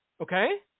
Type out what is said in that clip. Okay